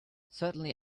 certainly